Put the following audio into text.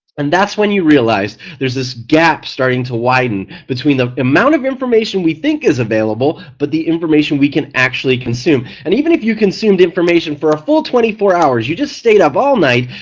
and that's when you realized there's this gap starting to widen between the amount of information we think is available but the information we can actually consume. and even if you consumed information for a whole twenty four hours, you just stayed up all night,